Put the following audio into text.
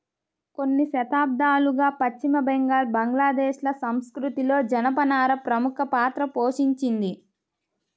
కొన్ని శతాబ్దాలుగా పశ్చిమ బెంగాల్, బంగ్లాదేశ్ ల సంస్కృతిలో జనపనార ప్రముఖ పాత్ర పోషించింది